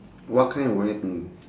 what kind of weapon